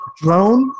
drone